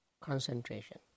concentration